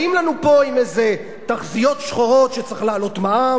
באים לנו פה עם איזה תחזיות שחורות שצריך להעלות מע"מ